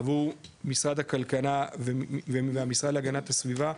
עבור משרד הכלכלה והמשרד להגנת הסביבה,